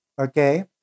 okay